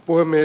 voimme